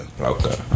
Okay